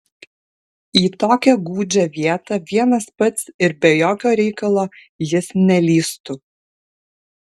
į tokią gūdžią vietą vienas pats ir be jokio reikalo jis nelįstų